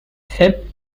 hip